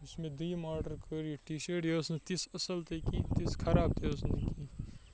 یُس مےٚ دۄیِم آڈَر کٔر یہِ ٹی شٲٹ یہِ ٲس نہٕ تِژھ اَصٕل تہِ تِژھ خراب تہِ ٲس نہٕ کینٛہہ